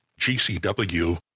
GCW